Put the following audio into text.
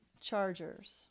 Chargers